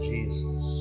Jesus